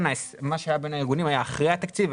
מה שהיה בין הארגונים היה אחרי התקציב,